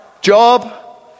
Job